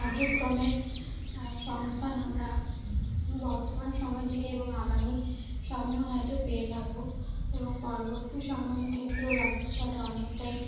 কার্যক্রমের সংস্থান আমরা বর্তমান সময় থেকে এবং আগামী সময়ও হয়তো পেয়ে থাকব এবং পরবর্তী সময়ের ক্ষেত্রেও ব্যবস্থাটা অনেকটাই